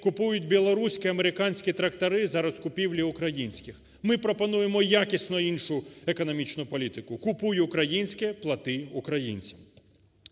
купують білоруські, американські трактори зараз купівлі українських. Ми пропонуємо якісну іншу економічну політику – "Купуй українське, плати українцям".